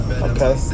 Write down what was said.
Okay